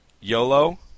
YOLO